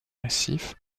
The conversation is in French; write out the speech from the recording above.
massif